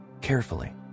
carefully